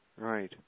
right